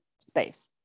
space